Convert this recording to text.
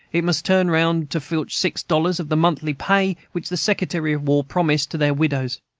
it must turn round to filch six dollars of the monthly pay which the secretary of war promised to their widows?